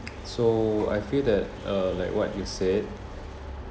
so I feel that uh like what you said